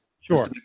Sure